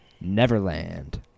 Neverland